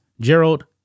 Gerald